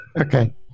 Okay